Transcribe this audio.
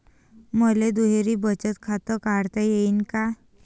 मले दुहेरी बचत खातं काढता येईन का?